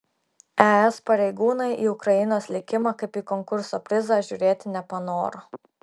es pareigūnai į ukrainos likimą kaip į konkurso prizą žiūrėti nepanoro